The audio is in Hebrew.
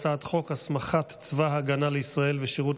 הצעת חוק הסמכת צבא ההגנה לישראל ושירות